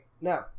Now